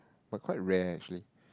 but quite rare actually